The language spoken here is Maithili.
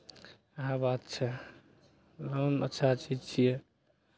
इएह बात छै लोन अच्छा चीज छियै